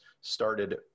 started